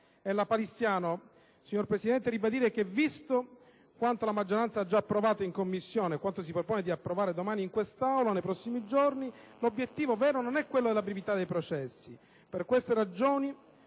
È lapalissiano, signor Presidente, ribadire che, visto quanto la maggioranza ha già approvato in Commissione e quanto si propone di approvare domani e nei prossimi giorni in questa Aula, l'obiettivo vero non è quello della brevità dei processi. Per queste ragioni,